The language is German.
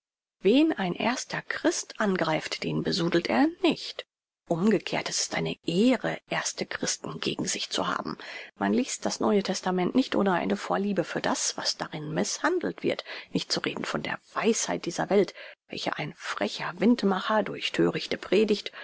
wen ein erster christ angreift den besudelt er nicht umgekehrt es ist eine ehre erste christen gegen sich zu haben man liest das neue testament nicht ohne eine vorliebe für das was darin mißhandelt wird nicht zu reden von der weisheit dieser welt welche ein frecher windmacher durch thörichte predigt